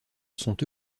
sont